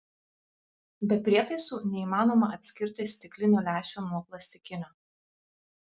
be prietaisų neįmanoma atskirti stiklinio lęšio nuo plastikinio